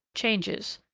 changes,